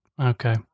okay